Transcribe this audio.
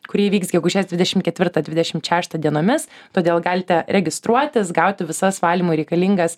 kuri įvyks gegužės dvidešim ketvirtą dvidešim šeštą dienomis todėl galite registruotis gauti visas valymui reikalingas